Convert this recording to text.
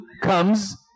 comes